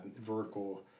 vertical